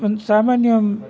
ಒಂದು ಸಾಮಾನ್ಯ